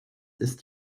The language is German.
ist